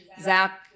Zach